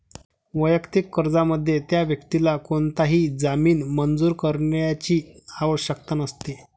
वैयक्तिक कर्जामध्ये, त्या व्यक्तीला कोणताही जामीन मंजूर करण्याची आवश्यकता नसते